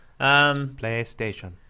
PlayStation